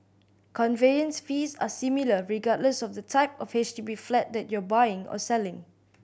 conveyance fees are similar regardless of the type of H D B flat that you are buying or selling